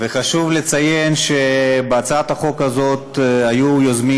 חשוב לציין שבהצעת החוק הזאת היוזמים